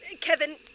Kevin